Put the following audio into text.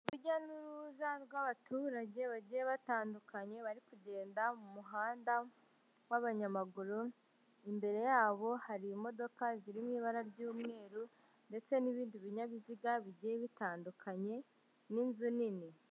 Urujya n'uruza rw'abaturage bagiye batandukanye bari kugenda mu muhanda w'abanyamaguru, imbere yabo harimo zirimo ibara ry'umweru ndetse n'ibindi binyabiziga bigiye bitandukanye n'inzu nini.